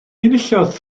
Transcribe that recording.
enillodd